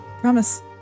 Promise